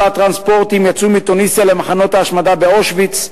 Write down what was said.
77 טרנספורטים יצאו מתוניסיה למחנות ההשמדה באושוויץ,